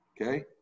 Okay